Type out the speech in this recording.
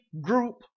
group